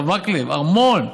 הרב מקלב, המון.